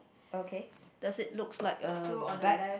okay does it looks like a bag